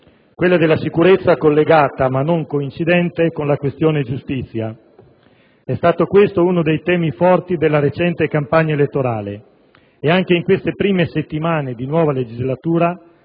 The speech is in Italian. quella della sicurezza, collegata ma non coincidente, con la questione giustizia. È stato questo uno dei temi forti della recente campagna elettorale e anche in queste prime settimane di nuova legislatura